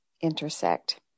intersect